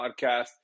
Podcast